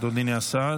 אדוני השר.